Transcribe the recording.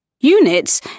Units